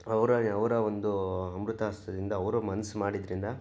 ಅವರ ಅವರ ಒಂದು ಅಮೃತ ಹಸ್ತದಿಂದ ಅವರು ಮನಸ್ಸು ಮಾಡಿದ್ರಿಂದ